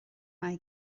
mae